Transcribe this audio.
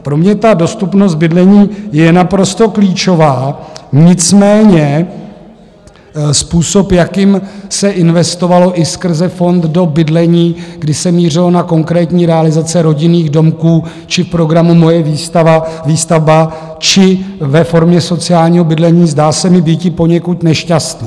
Pro mě dostupnost bydlení je naprosto klíčová, nicméně způsob, jakým se investovalo i skrze fond do bydlení, kdy se mířilo na konkrétní realizace rodinných domků či program Moje výstavba či ve formě sociálního bydlení, zdá se mi býti poněkud nešťastný.